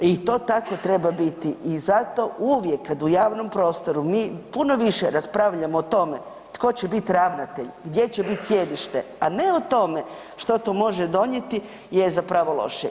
I to tako treba biti i zato uvijek kad u javnom prostoru mi puno više raspravljamo o tome tko će biti ravnatelj, gdje će biti sjedište, a ne o tome što to može donijeti je zapravo loše.